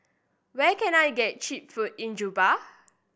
where can I get cheap food in Juba